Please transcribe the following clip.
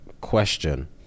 question